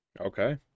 Okay